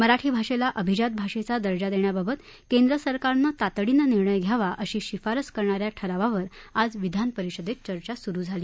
मराठी भाषेला अभिजात भाषेचा दर्जा देण्याबाबत केंद्र सरकारनं तातडीनं निर्णय घ्यावा अशी शिफारस करणा या ठरवावर आज विधानपरिषदेत चर्चा सुरु झाली